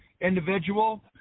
individual